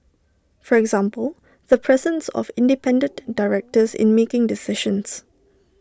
for example the presence of independent directors in making decisions